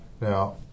Now